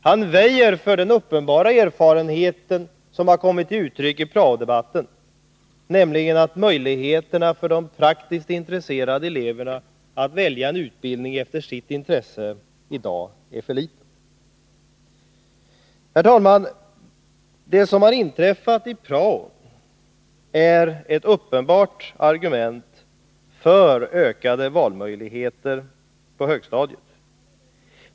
Han väjer för den uppenbara erfarenhet som har kommit till uttryck i prao-debatten, nämligen att möjligheterna för de praktiskt inriktade eleverna att välja en utbildning efter sitt intresse är för små i dag. Herr talman! Det som har inträffat i prao-verksamheten är ett uppenbart argument för ökade valmöjligheter på högstadiet.